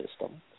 system